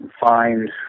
find